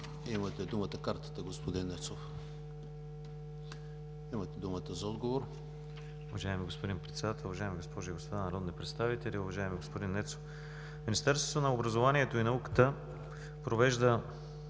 имате думата за отговор.